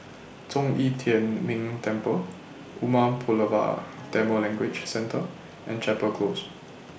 Zhong Yi Tian Ming Temple Umar Pulavar Tamil Language Centre and Chapel Close